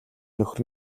нөхөр